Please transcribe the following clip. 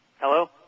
Hello